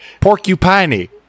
Porcupiney